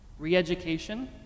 Reeducation